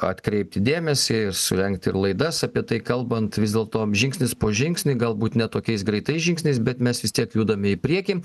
atkreipti dėmesį ir surengti ir laidas apie tai kalbant vis dėlto žingsnis po žingsnį galbūt ne tokiais greitais žingsniais bet mes vis tiek judame į priekį